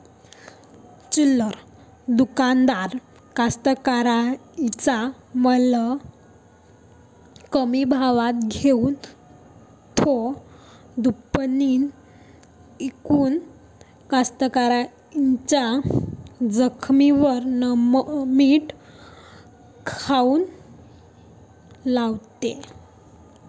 चिल्लर दुकानदार कास्तकाराइच्या माल कमी भावात घेऊन थो दुपटीनं इकून कास्तकाराइच्या जखमेवर मीठ काऊन लावते?